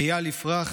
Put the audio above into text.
איל יפרח,